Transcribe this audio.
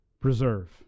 preserve